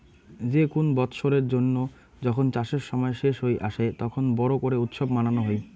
যে কুন বৎসরের জন্য যখন চাষের সময় শেষ হই আসে, তখন বড় করে উৎসব মানানো হই